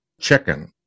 chicken